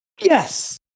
yes